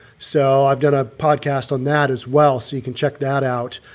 so i've done a podcast on that as well. so you can check that out.